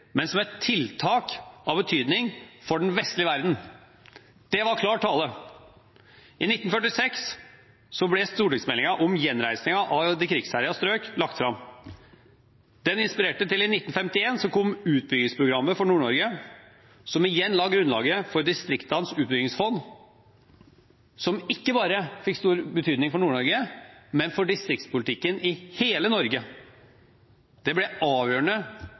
men som et tiltak av betydning for den vestlige verden Det var klar tale. I 1946 ble stortingsmeldingen om gjenreising av de krigsherjede strøk lagt fram. Den inspirerte til utbyggingsprogrammet for Nord-Norge i 1951, som igjen la grunnlaget for Distriktenes Utbyggingsfond, som ikke bare fikk stor betydning for Nord-Norge, men for distriktspolitikken i hele Norge. Det ble avgjørende